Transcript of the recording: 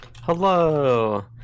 Hello